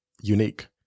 unique